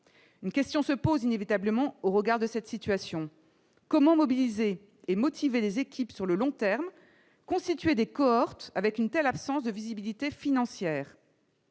une question se pose inévitablement au regard de cette situation, comment mobiliser et motiver les équipes sur le long terme constituer des cohortes avec une telle absence de visibilité financière